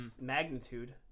magnitude